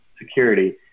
security